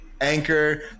Anchor